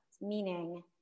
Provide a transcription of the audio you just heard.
Meaning